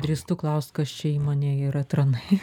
drįstu klaust kas čia įmonėj yra tranai